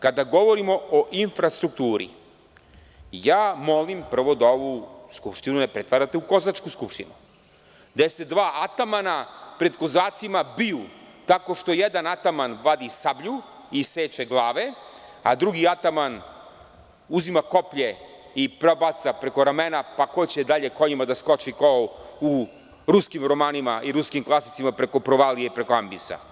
Kada govorimo o infrastrukturi, molim da ovu skupštinu ne pretvarate u kozačku skupštinu, gde se dva atamana pred kozacima biju tako što jedan ataman vadi sablju i seče glave, a drugi ataman uzima koplje i prebaca preko ramena, pa ko će dalje konjima da skoči, kao u ruskim romanima i ruskim klasicima, preko provalije i preko ambisa.